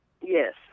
Yes